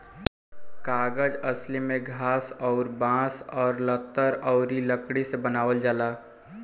कागज असली में घास अउर बांस आ लतर अउरी लकड़ी से बनावल जाला